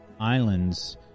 islands